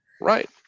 Right